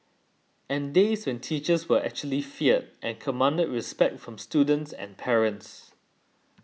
and days when teachers were actually feared and commanded respect from students and parents